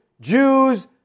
Jews